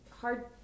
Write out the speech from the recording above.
hard